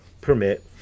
permit